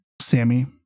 Sammy